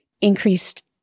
increased